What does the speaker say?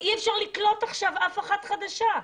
מצד שני, אי אפשר לקלוט עכשיו אף אחת חדשה.